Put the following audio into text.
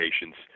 patients